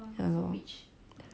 ya lor